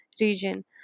region